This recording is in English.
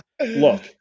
Look